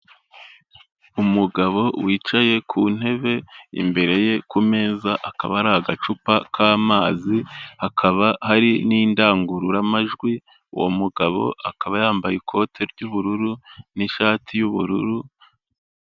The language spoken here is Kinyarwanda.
Umugabo wicaye ku ntebe, imbere ye ku meza hakaba hari agacupa k'amazi, hakaba hari n'indangururamajwi, uwo mugabo akaba yambaye ikote ry'ubururu, n'ishati y'ubururu.